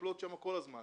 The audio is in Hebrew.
מטפלות שם כל הזמן.